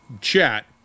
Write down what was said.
chat